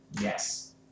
Yes